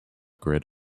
grid